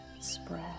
spread